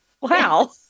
Wow